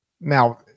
Now